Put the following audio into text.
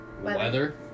Weather